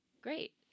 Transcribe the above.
Great